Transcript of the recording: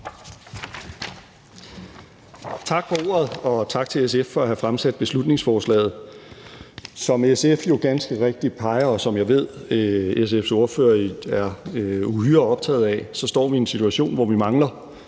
Tak for ordet, og tak til SF for at have fremsat beslutningsforslaget. Som SF jo ganske rigtig peger på – og som jeg ved SF’s ordfører er uhyre optaget af – står vi i en situation, hvor vi mangler